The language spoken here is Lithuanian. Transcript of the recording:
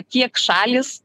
kiek šalys